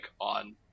on